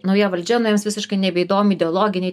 nauja valdžia na jiems visiškai nebeįdomi ideologiniai